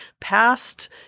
past